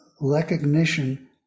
recognition